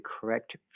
correct